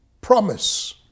promise